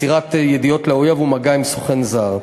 מסירת ידיעות לאויב ומגע עם סוכן זר.